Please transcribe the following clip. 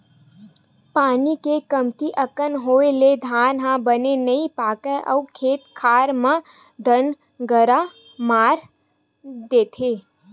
पानी के कमती अकन होए ले धान ह बने नइ पाकय अउ खेत खार म दनगरा मार देथे